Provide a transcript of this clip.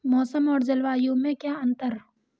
मौसम और जलवायु में क्या अंतर?